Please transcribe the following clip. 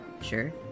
Sure